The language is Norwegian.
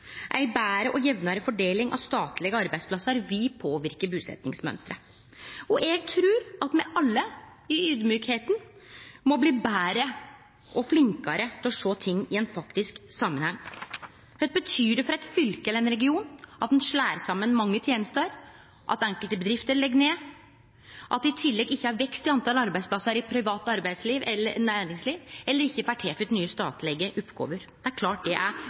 Ei betre og jamnare fordeling av statlege arbeidsplassar vil påverke busetjingsmønsteret. Eg trur at me alle, i audmjukskap, må bli betre og flinkare til å sjå ting i ein faktisk samanheng. Kva betyr det for eit fylke eller ein region at ein slår saman mange tenester, at enkelte bedrifter legg ned, at det i tillegg ikkje er vekst i talet på arbeidsplassar i det private næringslivet eller ein ikkje får tilført nye statlege oppgåver? Det er klart det er